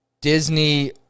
Disney